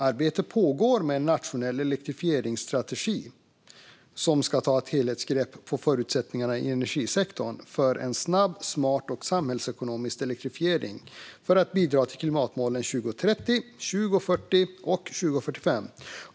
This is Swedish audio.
Arbete pågår med en nationell elektrifieringsstrategi som ska ta ett helhetsgrepp om förutsättningarna i energisektorn för en snabb, smart och samhällsekonomisk elektrifiering för att bidra till klimatmålen 2030, 2040 och 2045.